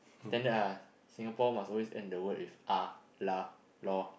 standard ah Singapore must always end the word with ah lah lor